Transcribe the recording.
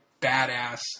badass